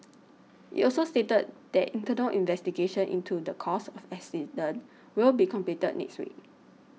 it also stated that internal investigations into the cause of the accident will be completed next week